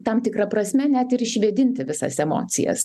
tam tikra prasme net ir išvėdinti visas emocijas